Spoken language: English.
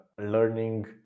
learning